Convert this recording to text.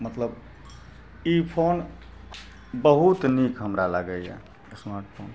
मतलब ई फोन बहुत नीक हमरा लागइए स्मार्ट फोन